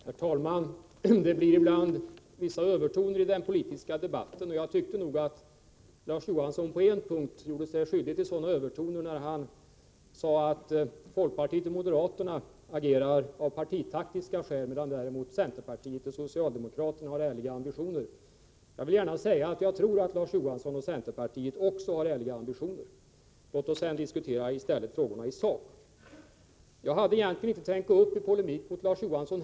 Herr talman! Det blir ibland vissa övertoner i den politiska debatten. Jag tycker nog att Larz Johansson på en punkt gjorde sig skyldig till just övertoner. Han sade nämligen att folkpartiet och moderaterna agerar av partitaktiska skäl medan centerpartiet och socialdemokraterna har ärliga ambitioner. Jag vill gärna säga att jag tror att Larz Johansson och övriga inom centerpartiet har ärliga ambitioner. Låt oss därför i stället diskutera sakfrågorna. Inte heller jag hade egentligen tänkt att ta upp någon polemik mot Larz Johansson.